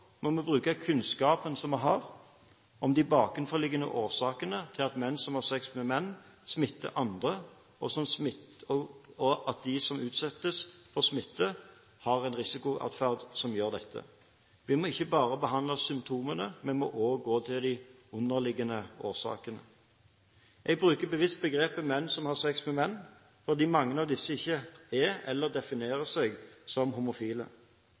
bruke kunnskapen som vi har om de bakenforliggende årsakene til at menn som har sex med menn, smitter andre, og at de som utsettes for smitte, har en risikoatferd som gjør at dette skjer. Vi må ikke bare behandle symptomene, men må òg gå til de underliggende årsakene. Jeg bruker bevisst begrepet «menn som har sex med menn» fordi mange av disse verken er eller definerer seg som homofile.